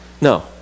No